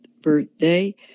birthday